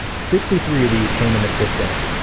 sixty three of these, came in the fifth inning.